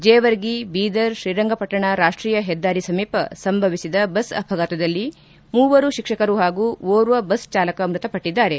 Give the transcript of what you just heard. ಜೇವರ್ಗಿ ಬೀದರ್ ತ್ರೀರಂಗಪಟ್ಟಣ ರಾಷ್ಷೀಯ ಹೆದ್ದಾರಿ ಸಮೀಪ ಸಂಭವಿಸಿದ ಬಸ್ ಅಪಘಾತದಲ್ಲಿ ಮೂವರು ಶಿಕ್ಷಕರು ಹಾಗೂ ಓರ್ವ ಬಸ್ ಚಾಲಕ ಮೃತಪಟ್ಟದ್ದಾರೆ